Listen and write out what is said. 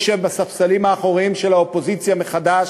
ישב בספסלים האחוריים של האופוזיציה מחדש,